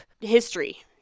history